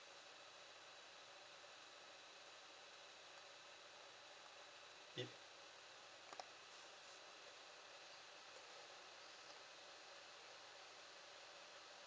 it